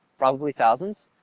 probably thousands,